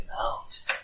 out